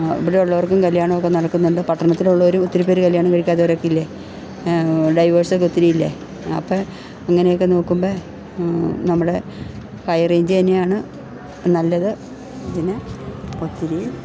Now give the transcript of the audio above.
ഇവിടെ ഉള്ളവർക്കും കല്യാണമൊക്കെ നടക്കുന്നുണ്ട് പട്ടണത്തിലുള്ളവർ ഒത്തിരി പേര് കല്യാണം കഴിക്കാത്തവരൊക്കെ ഇല്ലേ ഡൈവേഴ്സൊക്കെ ഒത്തിരി ഇല്ലേ അപ്പം അങ്ങനെയൊക്കെ നോക്കുമ്പം നമ്മടെ ഹൈറേഞ്ച് തന്നെയാണ് നല്ലത് പിന്നെ ഒത്തിരി